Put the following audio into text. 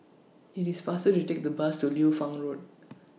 IT IS faster to Take The Bus to Liu Fang Road